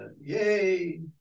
yay